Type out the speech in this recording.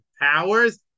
powers